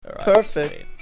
perfect